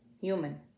human